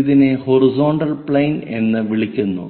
ഇതിനെ horizontal plane എന്ന് വിളിക്കുന്നു